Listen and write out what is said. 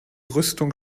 rüstung